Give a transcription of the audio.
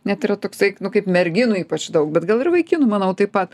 net yra toksai nu kaip merginų ypač daug bet gal ir vaikinų manau taip pat